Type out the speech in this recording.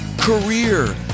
career